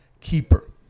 keeper